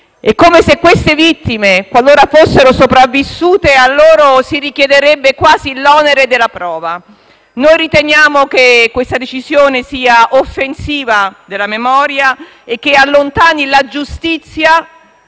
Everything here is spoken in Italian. È come se a queste vittime, qualora fossero sopravvissute, si richiedesse quasi l'onere della prova. Noi riteniamo che questa decisione sia offensiva della memoria, che allontani la giustizia,